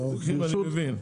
ברוקחים אני מבין,